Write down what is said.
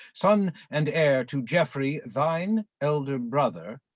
son and heir to jeffrey thine elder brother,